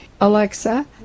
Alexa